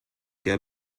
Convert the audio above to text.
der